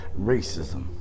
racism